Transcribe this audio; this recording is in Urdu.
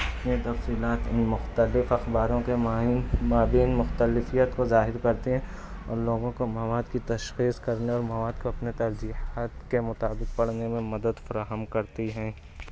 یہ تفصیلات مختلف اخباروں کے معنی مابین مختلفیت کو ظاہر کرتی ہیں اور لوگوں کو مواد کی تشخیص کرنے میں مواد کو اپنے ترجیحات کے مطابق پڑھنے میں مدد فراہم کرتی ہیں